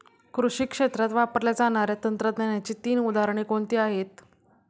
कृषी क्षेत्रात वापरल्या जाणाऱ्या तंत्रज्ञानाची तीन उदाहरणे कोणती आहेत?